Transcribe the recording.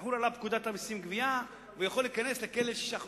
תחול עליו פקודת המסים (גבייה) והוא יכול להיכנס לכלא לשישה חודשים.